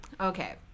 Okay